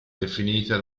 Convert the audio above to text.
definita